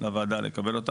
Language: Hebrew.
לוועדה לקבל אותן.